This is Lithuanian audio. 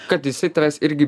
kad jisai tavęs irgi